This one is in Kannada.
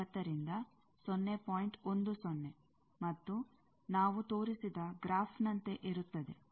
10 ಮತ್ತು ನಾವು ತೋರಿಸಿದ ಗ್ರಾಫ್ನಂತೆ ಇರುತ್ತದೆ